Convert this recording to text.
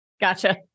Gotcha